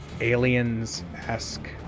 aliens-esque